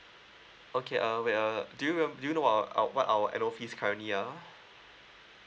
okay uh wait uh do you remem~ do you know about our what our annual fees currently ah